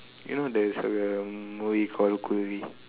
you know there's a what you call